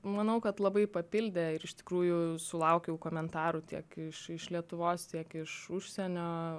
manau kad labai papildė ir iš tikrųjų sulaukiau komentarų tiek iš iš lietuvos tiek iš užsienio